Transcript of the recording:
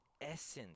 essence